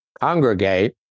congregate